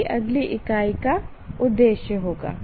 यही अगली इकाई का उद्देश्य होगा